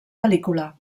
pel·lícula